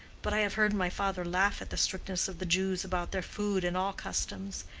but i have heard my father laugh at the strictness of the jews about their food and all customs,